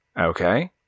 Okay